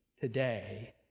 today